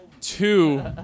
Two